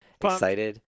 excited